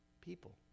People